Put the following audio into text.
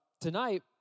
tonight